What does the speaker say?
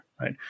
right